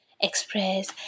express